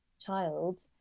child